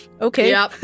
Okay